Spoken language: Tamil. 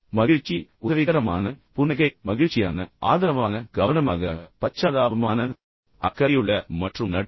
மகிழ்ச்சி உதவிகரமான புன்னகை மகிழ்ச்சியான ஆதரவான கவனமாக பச்சாதாபமான அக்கறையுள்ள மற்றும் நட்பான